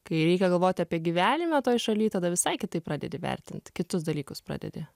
kai reikia galvoti apie gyvenimą toj šaly tada visai kitaip pradedi vertinti kitus dalykus pradedi